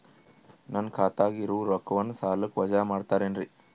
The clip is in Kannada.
ನನ್ನ ಖಾತಗ ಇರುವ ರೊಕ್ಕವನ್ನು ಸಾಲಕ್ಕ ವಜಾ ಮಾಡ್ತಿರೆನ್ರಿ?